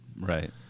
Right